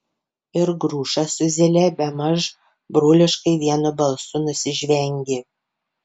ir grušas su zyle bemaž broliškai vienu balsu nusižvengė